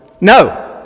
No